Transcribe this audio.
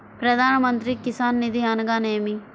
ప్రధాన మంత్రి కిసాన్ నిధి అనగా నేమి?